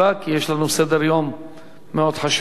כי יש לנו סדר-יום מאוד חשוב.